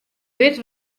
wit